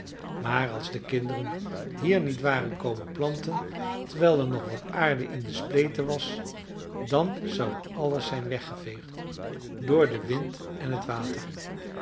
maar als de kinderen hier niet waren komen planten terwijl er nog wat aarde in de spleten was dan zou alles zijn weggeveegd door den wind en t water